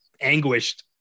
anguished